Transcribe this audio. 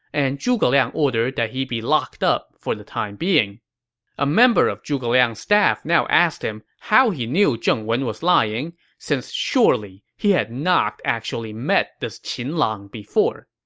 and zhuge liang ordered that he be locked up for the time being a member of zhuge liang's staff now asked him how he knew zheng wen was lying, since surely he had not actually met this qin lang before.